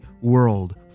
world